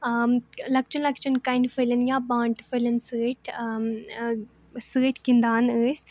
لۅکچیٚن لۅکچیٚن کَنہِ پھلٮ۪ن یا بانٛٹہٕ پھلٮ۪ن سۭتۍ سۭتۍ گِنٛدان ٲسۍ